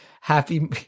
happy